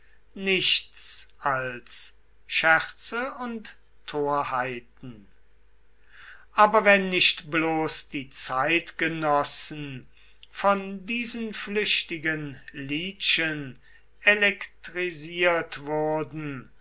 nichts als scherze und torheiten aber wenn nicht bloß die zeitgenossen von diesen flüchtigen liedchen elektrisiert wurden